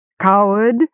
Coward